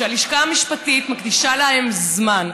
שהלשכה המשפטית מקדישה להם זמן,